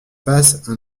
face